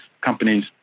companies